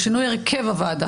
לשינוי הרכב הוועדה.